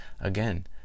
again